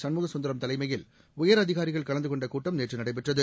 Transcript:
சண்முகசுந்தரம் தலைமையில் உயரதிகாரிகள் கலந்து கொண்ட கூட்டம் நேற்று நடைபெற்றது